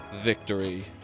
Victory